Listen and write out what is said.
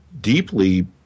deeply